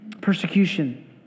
persecution